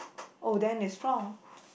oh then is found